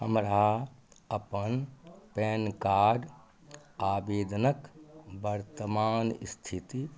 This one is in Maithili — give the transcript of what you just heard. हमरा अपन पैन कार्ड आबेदनक बर्तमान स्थिति